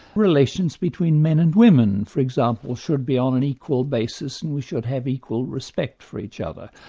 relations between men and women for example, should be on an equal basis and we should have equal respect for each other.